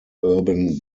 urban